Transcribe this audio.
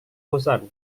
bosan